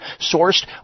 Sourced